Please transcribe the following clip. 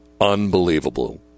unbelievable